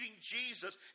Jesus